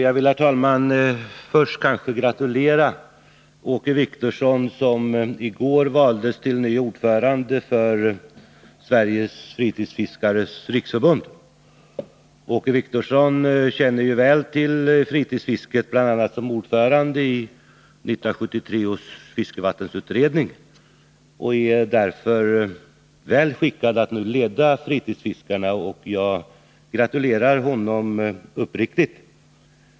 Herr talman! Först vill jag gratulera Åke Wictorsson, som i går valdes till ny ordförande för Sveriges fritidsfiskares riksförbund. Åke Wictorsson känner ju väl till fritidsfisket, bl.a. efter att ha varit ordförande i 1973 års fiskevattensutredning. Han är därför väl skickad att nu leda fritidsfiskarna. Jag gratulerar honom således uppriktigt.